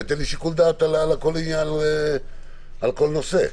ותן לי שיקול דעת על כל נושא.